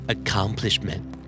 Accomplishment